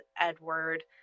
Edward